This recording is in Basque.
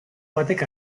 batek